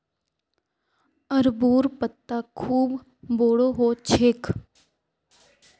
अरबोंर पत्ता खूब बोरो ह छेक